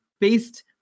based